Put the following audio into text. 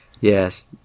Yes